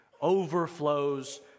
overflows